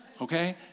Okay